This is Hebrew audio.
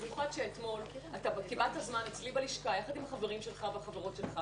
אתמול קיבלת זמן אצלי בלשכה יחד עם החברים והחברות שלך